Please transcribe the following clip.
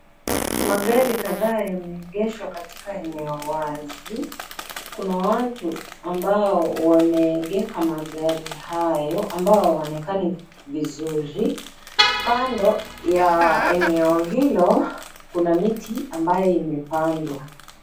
Magari kadhaa yameegeshwa katika eneo wazi, kuna watu ambao wameegesha magari hayo, ambao hawaonekani vizuri. Kando ya eneo hilo kuna miti ambayo imepandwa.